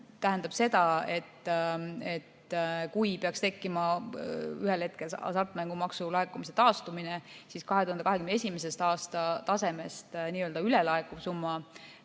tähendab seda, et kui ühel hetkel peaks hasartmängumaksu laekumine taastuma, siis 2021. aasta tasemest nii-öelda ülelaekuv summa